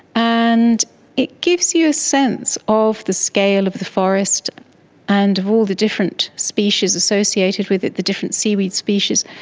and it gives you a sense of the scale of the forest and of all the different species associated with it, the different seaweed species,